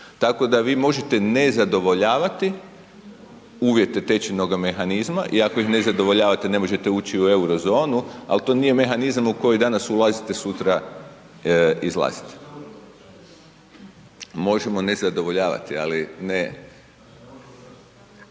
Tako da vi možete ne zadovoljavati uvjete tečajnog mehanizma i ako ih ne zadovoljavate ne možete ući u euro zonu, ali to nije mehanizam u koji danas ulazite, sutra izlazite. Možemo ne zadovoljavati, ali ne.